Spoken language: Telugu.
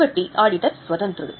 కాబట్టి ఆడిటర్ స్వతంత్రుడు